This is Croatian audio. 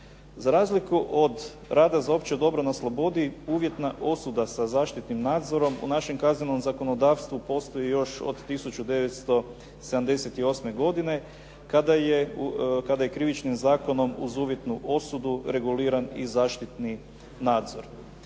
Za razliku od rada za opće dobro na slobodi, uvjetna osuda sa zaštitnim nadzorom u našem kaznenom zakonodavstvu postoji još od 1978. godine kada je Krivičnim zakonom uz uvjetnu osudu reguliran i zaštitni nadzor.